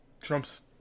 Trump's